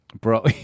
Bro